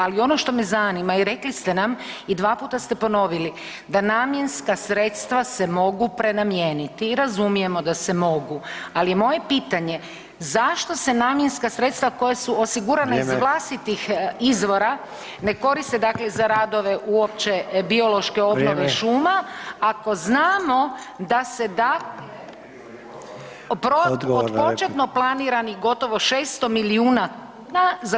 Ali ono što me zanima i rekli ste nam i dva puta ste ponovili da namjenska sredstava se mogu prenamijeniti i razumijemo da se mogu, ali je moje pitanje zašto se namjenska sredstva koja su osigurana [[Upadica: Vrijeme.]] iz vlastitih izvora ne koriste dakle za radove uopće biološke obnove šuma [[Upadica: Vrijeme.]] ako znamo da se od početno planiranih gotovo 600 milijuna kuna za